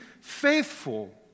faithful